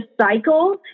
cycle